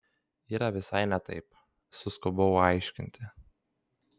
yra visai ne taip suskubau aiškinti